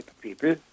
people